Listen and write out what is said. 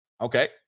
Okay